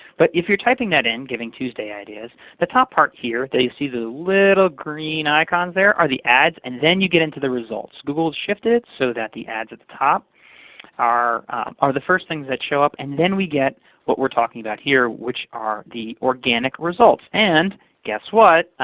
but if you're typing that in, giving tuesday ideas, the top part here, that you see the little green icons there, are the ads, and then you get into the results. google has shifted, so that the ads at the top are are the first things that show up. and then we get what we're talking about here, which are the organic results. and guess what?